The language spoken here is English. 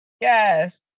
Yes